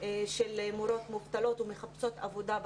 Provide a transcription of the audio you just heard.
של מורות מהחברה הערבית שהן מובטלות ומחפשות עבודה?